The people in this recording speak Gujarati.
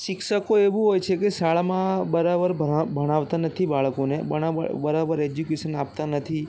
શિક્ષકો એવું હોય છે શાળામાં બરાબર ભરા ભણા ભણાવતા નથી બાળકોને બણાબ બરાબર એજ્યુકેશન આપતા નથી